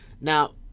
Now